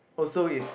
also it's